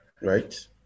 Right